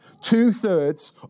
Two-thirds